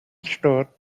store